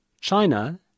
China